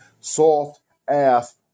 Soft-ass